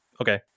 okay